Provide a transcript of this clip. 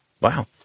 Wow